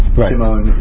Shimon